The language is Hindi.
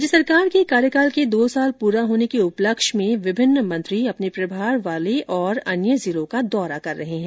राज्य सरकार के कार्यकाल के दो साल पूरा होने के उपलक्ष्य में विभिन्न मंत्री अपने प्रभार वाले तथा अन्य जिलों का दौरा कर रहे हैं